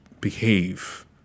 behave